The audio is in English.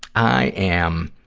i am,